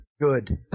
Good